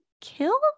kill